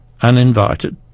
uninvited